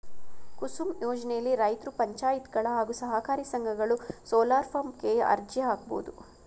ಕುಸುಮ್ ಯೋಜ್ನೆಲಿ ರೈತ್ರು ಪಂಚಾಯತ್ಗಳು ಹಾಗೂ ಸಹಕಾರಿ ಸಂಘಗಳು ಸೋಲಾರ್ಪಂಪ್ ಗೆ ಅರ್ಜಿ ಹಾಕ್ಬೋದು